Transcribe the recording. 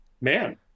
man